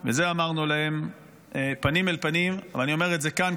ואת זה אמרנו להם פנים אל פנים ואני אומר את זה כאן,